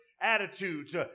attitudes